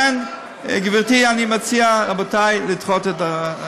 גברתי, אני מציע, רבותי, לדחות את החוק.